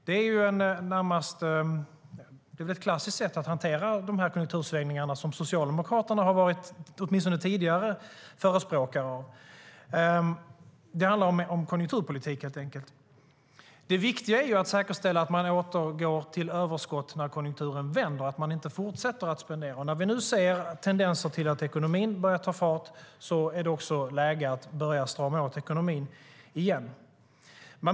Det är ett närmast klassiskt sätt att hantera konjunktursvängningar som Socialdemokraterna åtminstone tidigare varit förespråkare av. Det handlar helt enkelt om konjunkturpolitik. Det viktiga är att säkerställa att man återgår till överskott när konjunkturen vänder och inte fortsätter spendera. När vi nu ser tendenser till att ekonomin börjar ta fart är det också läge att börja strama åt ekonomin igen.